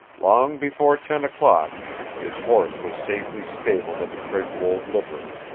long before ten o'clock his horse was safely stabled at the craigswold livery,